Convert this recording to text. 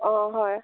অঁ হয়